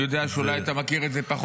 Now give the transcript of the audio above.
אני יודע שאולי אתה מכיר את זה פחות.